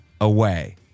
away